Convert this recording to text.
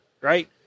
right